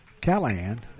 Callahan